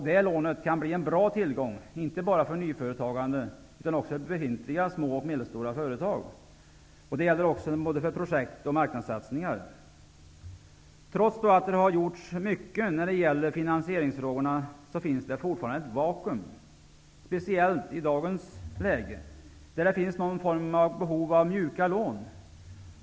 Detta lån kan bli en bra tillgång, inte bara för nyföretagande, utan också för befintliga små och medelstora företag. Det gäller både för projekt och för marknadssatsningar. Trots att det har gjorts mycket när det gäller finansieringsfrågorna finns det fortfarande -- och speciellt i dagens läge -- ett vakuum där någon form av mjuka lån behövs.